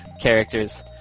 characters